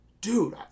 Dude